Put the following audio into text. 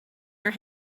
your